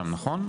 נכון?